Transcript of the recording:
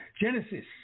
Genesis